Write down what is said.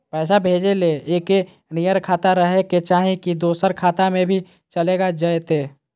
पैसा भेजे ले एके नियर खाता रहे के चाही की दोसर खाता में भी चलेगा जयते?